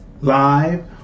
live